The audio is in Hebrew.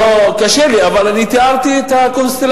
קשה לי, אבל אני תיארתי את הקונסטלציה.